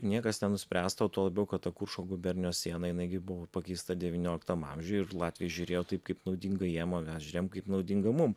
niekas nenuspręsta o tuo labiau kad ta kuršo gubernijos siena jinai gi buvo pakeista devynioliktam amžiuj ir latviai žiūrėjo taip kaip naudinga jiem o mes žiūrėjom kaip naudinga mum